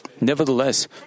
nevertheless